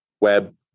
web